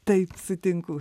taip sutinku